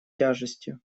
тяжестью